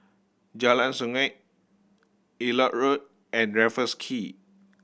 Jalan Sungei Elliot Road and Raffles Quay